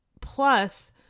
plus